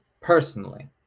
personally